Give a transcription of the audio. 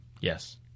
Yes